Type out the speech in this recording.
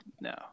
no